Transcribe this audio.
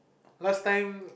last time